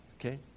Okay